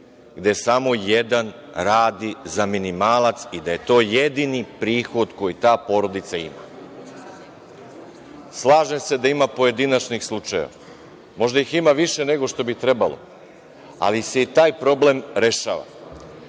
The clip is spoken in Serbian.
gde samo jedan radi za minimalac i da je to jedini prihod koji ta porodica ima. Slažem se da ima pojedinačnih slučajeva. Možda ih ima više nego što bi trebalo, ali se i taj problem rešava. Druga